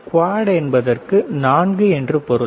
quad என்பதற்கு நான்கு என்று பொருள்